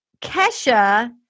Kesha